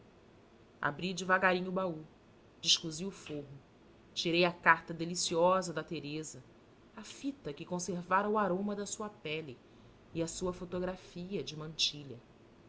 abri devagarinho o baú descosi o forro tirei a carta deliciosa da teresa a fita que conservara o aroma da sua pele e a sua fotografia de mantilha